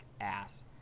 ass